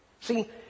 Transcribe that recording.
See